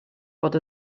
fod